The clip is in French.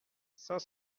saint